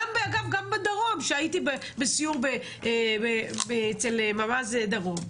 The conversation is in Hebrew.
אגב גם בדרום כשהייתי בסיור אצל ממ"ז דרום,